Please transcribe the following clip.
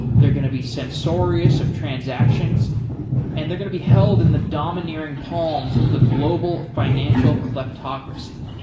they're going to be censorious of transactions and they're going to be held in the domineering palms of the global financial kleptocracy.